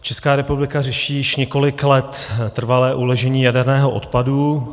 Česká republika řeší už několik let trvalé uložení jaderného odpadu.